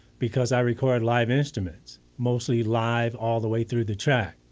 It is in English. because i record live instruments mostly live all the way through the track.